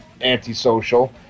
Antisocial